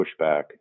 pushback